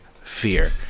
Fear